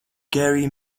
gary